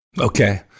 Okay